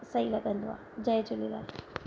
सही लॻंदो आहे जय झूलेलाल